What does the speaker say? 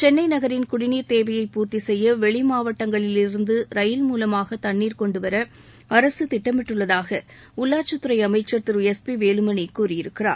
சென்னை நகரின் குடிநீர் தேவையை பூர்த்தி செய்ய வெளி மாவட்டங்களிலிருந்து ரயில் மூலமாக தண்ணீர் கொண்டுவர அரசு திட்டமிட்டுள்ளதாக உள்ளாட்சித் துறை அமைச்சா் திரு எஸ் பி வேலுமணி கூறியிருக்கிறார்